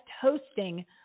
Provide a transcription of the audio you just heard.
hosting